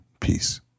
peace